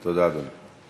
תודה, אדוני.